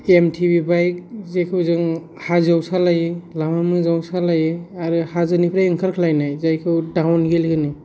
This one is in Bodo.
एम टि बि बाइक जेखौ जों हाजोआव सालायो लामा मोजाङाव सालायो आरो हाजोनिफ्राय ओंखारख्लायनाय जायखौ दाउनहिल होनो